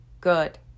good